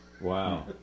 Wow